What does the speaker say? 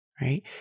right